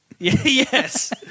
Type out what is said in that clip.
Yes